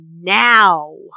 now